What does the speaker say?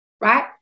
right